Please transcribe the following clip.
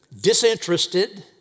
Disinterested